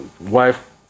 wife